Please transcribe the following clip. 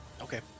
Okay